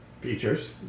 features